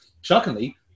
shockingly